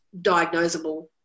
diagnosable